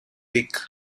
week